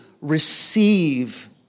receive